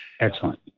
Excellent